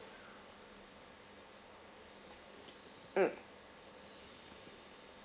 mm